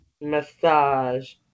massage